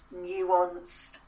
nuanced